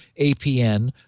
APN